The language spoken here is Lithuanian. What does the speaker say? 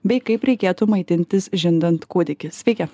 bei kaip reikėtų maitintis žindant kūdikį sveiki